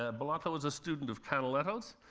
ah bellotto was a student of canaletto's.